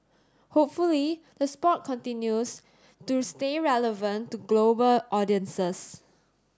hopefully the sport continues to stay relevant to global audiences